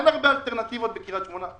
אין הרבה אלטרנטיבות בקריית שמונה.